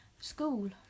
School